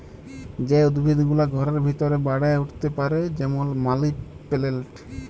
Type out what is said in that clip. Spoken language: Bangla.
যে উদ্ভিদ গুলা ঘরের ভিতরে বাড়ে উঠ্তে পারে যেমল মালি পেলেলট